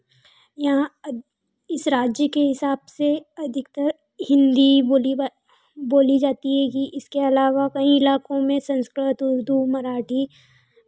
यहाँ इस राज्य के हिसाब से अधिकतर हिन्दी बोली बा बोली जाती है कि इसके अलावा कई इलाकों में संस्कृत उर्दू मराठी